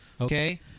Okay